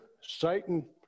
Satan